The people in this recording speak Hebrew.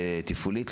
ותפעולית,